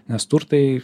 nes turtai